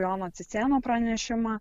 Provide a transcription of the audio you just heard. jono cicėno pranešimą